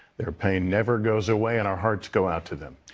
their pain never goes away, and our hearts go out to them.